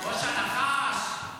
תגנו --- חבר הכנסת נאור שירי.